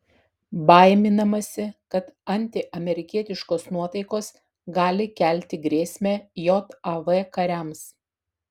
baiminamasi kad antiamerikietiškos nuotaikos gali kelti grėsmę jav kariams